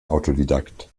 autodidakt